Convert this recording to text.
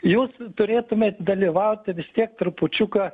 jūs turėtumėt dalyvaut ir vis tiek trupučiuką